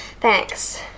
Thanks